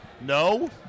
No